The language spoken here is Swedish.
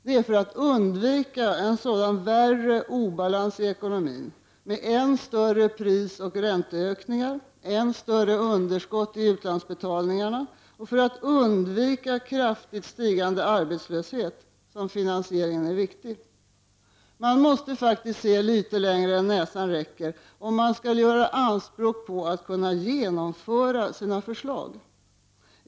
Det är för att undvika en sådan värre obalans i ekonomin, med än större prisoch ränteökningar, än större underskott i utlandsbetalningarna och för att undvika kraftigt stigande arbetslöshet, som finansieringen är viktig. Man måste faktiskt se litet längre än näsan räcker om man skall göra anspråk på att kunna genomföra sina förslag.